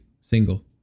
single